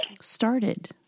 started